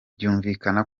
byumvikana